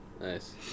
Nice